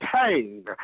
pain